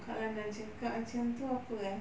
kalau nak cakap macam gitu apa eh